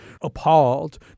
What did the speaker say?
appalled